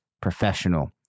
professional